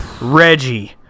Reggie